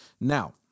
Now